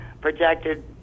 projected